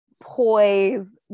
poise